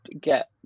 get